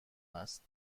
است